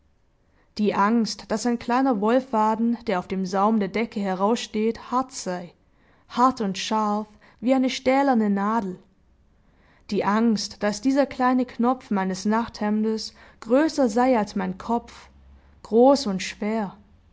die angst daß ein kleiner wollfaden der auf dem saum der decke heraussteht hart sei hart und scharf wie eine stählerne nadel die angst daß dieser kleine knopf meines nachthemdes größer sei als mein kopf groß und schwer